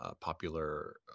popular